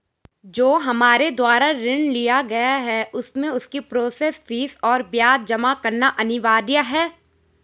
जो हमारे द्वारा ऋण लिया गया है उसमें उसकी प्रोसेस फीस और ब्याज जमा करना अनिवार्य है?